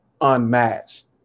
unmatched